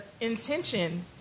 intention